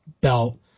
belt